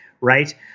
right